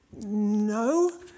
No